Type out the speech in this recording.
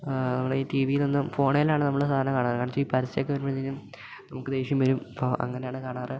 നമ്മളെ ടി വി യിലൊന്നും ഫോണേലാണ് നമ്മൾ സാധണ കാണാറ് കാരണം വെച്ചാൽ പരസ്യം ഒക്കെ വരുമ്പോഴത്തിനും നമുക്ക് ദേഷ്യം വരും അപ്പം അങ്ങനെയാണ് കാണാറ്